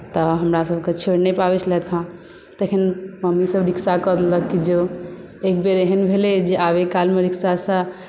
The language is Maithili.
तऽ हमरासभकेँ छोड़ि नहि पाबै छलथि हेँ तखन मम्मीसभ रिक्शा कऽ देलक कि जो एक बेर एहन भेलै जे आबय कालमे रिक्शासँ